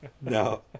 No